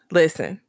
listen